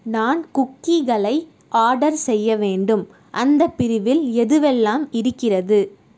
நான் குக்கீகளை ஆர்டர் செய்ய வேண்டும் அந்தப் பிரிவில் எதுவெல்லாம் இருக்கிறது